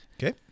Okay